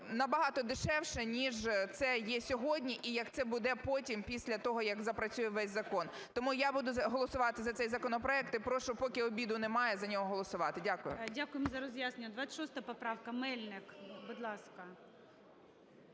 на багато дешевше, ніж це є сьогодні і як це буде потім після того, як запрацює весь закон. Тому я буду голосувати за цей законопроект. І прошу, поки обіду немає, за нього голосувати. Дякую. ГОЛОВУЮЧИЙ. Дякуємо за роз'яснення. 26 поправка, Мельник. Будь ласка.